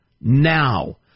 now